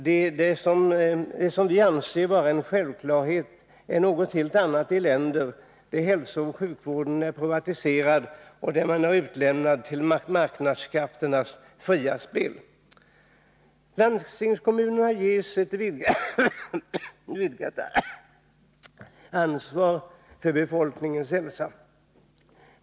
Det som vi anser vara en självklarhet är något helt annat i länder där hälsooch sjukvården är privatiserad och där man är utlämnad till marknadskrafternas fria spel. Landstingskommunerna ges ett vidgat ansvar för befolkningens hälsa.